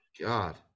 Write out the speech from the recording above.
God